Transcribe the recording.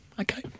Okay